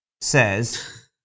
says